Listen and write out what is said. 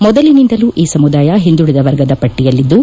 ಮೊದಲಿನಿಂದಲೂ ಈ ಸಮುದಾಯ ಒಂದುಳಿದ ವರ್ಗದ ಪಟ್ಟಿಯಲ್ಲಿದ್ದು